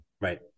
right